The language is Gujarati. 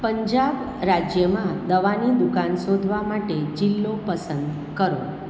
પંજાબ રાજ્યમાં દવાની દુકાન શોધવા માટે જિલ્લો પસંદ કરો